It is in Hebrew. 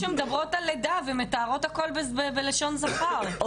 זה כמו נשים שמדברות על לידה ומתארות הכל בלשון זכר,